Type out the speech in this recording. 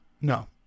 No